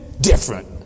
different